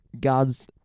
God's